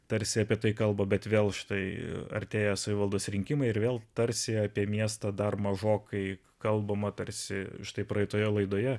tarsi apie tai kalba bet vėl štai artėja savivaldos rinkimai ir vėl tarsi apie miestą dar mažokai kalbama tarsi štai praeitoje laidoje